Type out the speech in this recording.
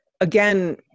again